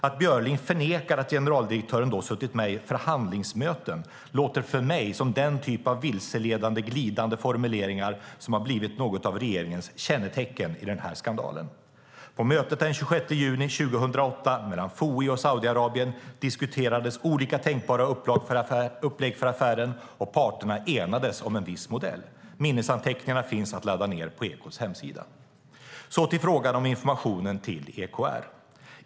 Att Björling förnekar att generaldirektören suttit med i förhandlingsmöten låter för mig som den typ av vilseledande, glidande formuleringar som har blivit något av regeringens kännetecken i denna skandal. På mötet den 26 juni 2008 mellan FOI och Saudiarabien diskuterades olika tänkbara upplägg för affären, och parterna enades om en viss modell. Minnesanteckningarna finns att ladda ned på Ekots hemsida. Så till frågan om informationen till EKR.